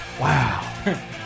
wow